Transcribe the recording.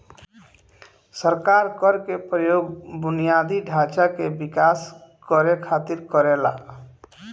सरकार कर के प्रयोग बुनियादी ढांचा के विकास करे खातिर करेला